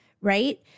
right